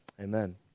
Amen